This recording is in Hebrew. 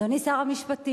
אדוני שר המשפטים,